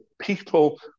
people